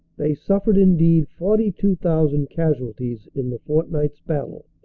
they suffered indeed forty two thousand casualties in the fortnight's battle,